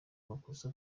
makosa